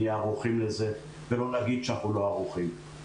נהיה ערוכים לזה ולא נגיד שאנחנו לא ערוכים.